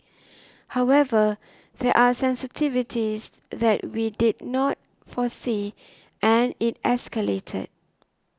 however there are sensitivities that we did not foresee and it escalated